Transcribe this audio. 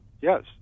yes